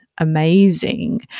Amazing